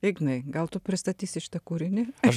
ignai gal tu pristatysi šitą kūrinį aš